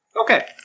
Okay